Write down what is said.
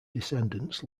descendants